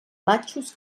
matxos